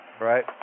Right